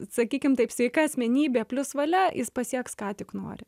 sakykim taip sveika asmenybė plius valia jis pasieks ką tik nori